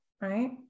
Right